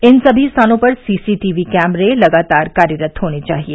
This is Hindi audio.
इन स्थानों पर सभी सीसीटीवी कैमरे लगतार कार्यरत होने चाहिए